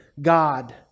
God